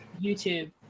YouTube